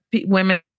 women